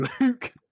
Luke